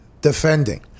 defending